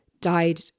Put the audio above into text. died